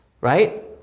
right